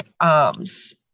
arms